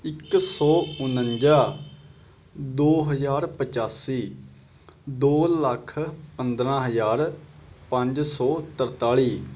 ਇੱਕ ਸੌ ਉਣੰਜਾ ਦੋ ਹਜ਼ਾਰ ਪਚਾਸੀ ਦੋ ਲੱਖ ਪੰਦਰਾਂ ਹਜ਼ਾਰ ਪੰਜ ਸੌ ਤਰਤਾਲੀ